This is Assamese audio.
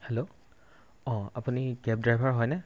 হেল্ল' অঁ আপুনি কেব ড্ৰাইভাৰ হয়নে